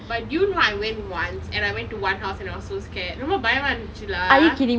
but did you know I went once and I went to one house and I was so scared ரொம்ப பயமா இருந்துச்சு:romba bayama irunthuchu lah